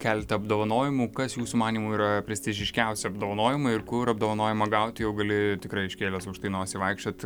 keletą apdovanojimų kas jūsų manymu yra prestižiškiausi apdovanojimai ir kur apdovanojimą gauti jau gali tikrai iškėlęs aukštai nosį vaikščiot